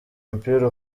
umupira